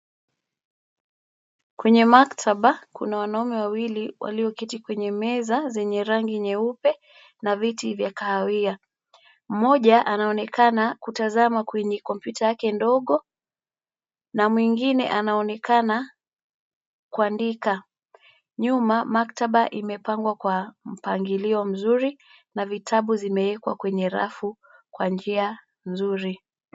Kwenye maktaba kuna wanaume wawili walioketi kwenye meza zenye rangi nyeupe na viti vya kahawia. Mmoja anaonekana kutazama kwenye kompyuta yake ndogo na mwengine anaonekana kuandika. Nyuma, maktaba imepangwa kwa mpangilio mzuri na vitabu zimewekwa kwenye rafu kwa njia nzuri.